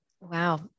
Wow